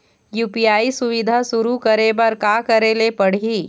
UPI सुविधा शुरू करे बर का करे ले पड़ही?